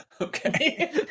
Okay